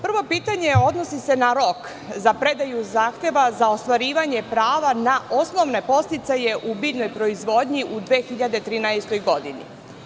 Prvo pitanje se odnosi na rok za predaju zahteva za ostvarivanje prava na osnovne podsticaje u biljnoj proizvodnji u 2013. godini.